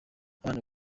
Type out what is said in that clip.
abana